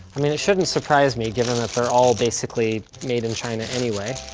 i mean, it shouldn't surprise me, given that they're all basically made in china anyway.